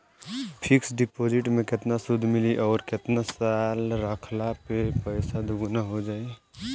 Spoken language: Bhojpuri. फिक्स डिपॉज़िट मे केतना सूद मिली आउर केतना साल रखला मे पैसा दोगुना हो जायी?